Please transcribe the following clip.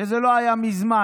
שזה לא היה מזמן.